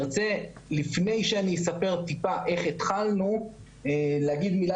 לפני שאני אספר טיפה איך התחלנו להגיד מילה